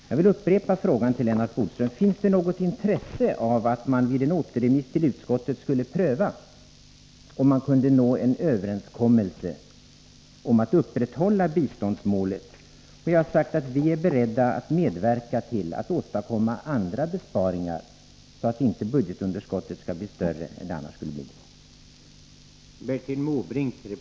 Jag vill upprepa frågan till Lennart Bodström: Finns det något intresse av att man vid en återremiss till utskottet skulle pröva om man kunde nå en överenskommelse om att upprätthålla biståndsmålet? Jag har sagt att vi är beredda att medverka till att åstadkomma andra besparingar så att budgetunderskottet inte skall bli större.